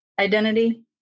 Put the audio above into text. identity